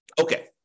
Okay